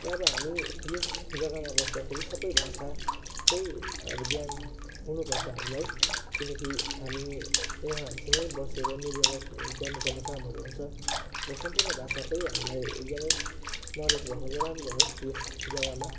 र अब हामी यस जग्गामा बस्दाखेरि सबै भाषाकै अब ज्ञान हुनुपर्छ हामीलाई किनकि हामी उहाँहरूसँगै बसेर मिलेर गर्नुपर्ने कामहरू हुन्छ र सम्पूर्ण भाषाकै हामीलाई एकदमै नलेज भएको चाहिँ राम्रो हो यस जग्गामा